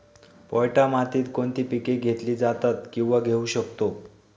पोयटा मातीत कोणती पिके घेतली जातात, किंवा घेऊ शकतो?